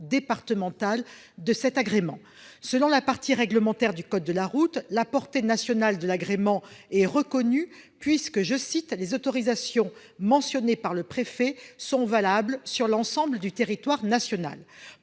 départementale de cet agrément. Selon la partie réglementaire du code de la route, la portée nationale de l'agrément est reconnue puisque « les autorisations mentionnées [...] sont valables sur l'ensemble du territoire national ».